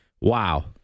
Wow